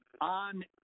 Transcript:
on